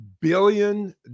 billion